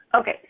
Okay